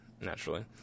naturally